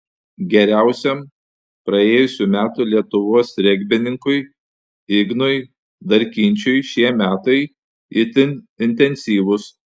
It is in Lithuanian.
geriausiam praėjusių metų lietuvos regbininkui ignui darkinčiui šie metai itin intensyvūs